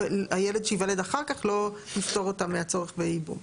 הילד שייוולד אחר כך לא יפטור אותה מהצורך בייבום.